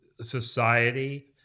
Society